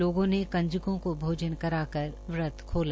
लोगों ने कंजकों को भोजन कराकर व्रत खोला